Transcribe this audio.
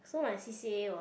so my c_c_a was